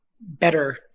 better